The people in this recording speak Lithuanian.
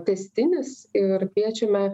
tęstinis ir kviečiame